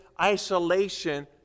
isolation